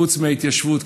חוץ מההתיישבות,